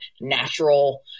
natural